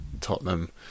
Tottenham